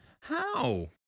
How